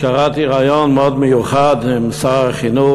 קראתי ריאיון מאוד מיוחד עם שר החינוך,